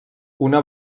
una